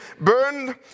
burned